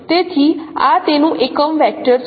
તેથી આ તેનું એકમ વેક્ટર છે